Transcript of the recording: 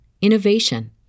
innovation